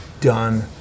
done